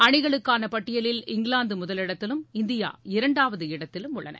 அணிகளுக்கான பட்டியலில் இங்கிலாந்து முதலிடத்திலும் இந்தியா இரண்டாவது இடத்திலும் உள்ளன